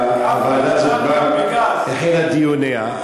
הוועדה הזאת כבר החלה את דיוניה.